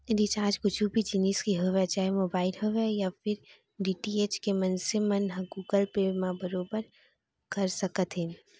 recharge कुछु भी जिनिस के होवय चाहे मोबाइल होवय या फेर डी.टी.एच के मनसे मन ह गुगल पे म बरोबर कर सकत हे